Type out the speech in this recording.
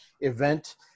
event